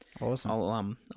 Awesome